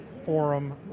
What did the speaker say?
forum